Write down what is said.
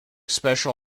special